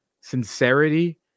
sincerity